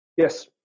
Yes